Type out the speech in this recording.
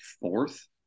fourth